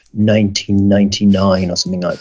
ninety ninety nine or something like